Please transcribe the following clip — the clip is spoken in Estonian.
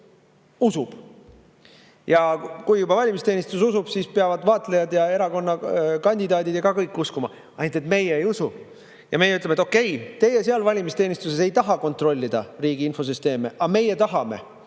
valimisteenistus usub. Ja kui juba valimisteenistus usub, peavad vaatlejad ja kandidaadid ja kõik uskuma. Ainult et meie ei usu. Meie ütleme, et okei, teie seal valimisteenistuses ei taha kontrollida riigi infosüsteeme, aga meie tahame.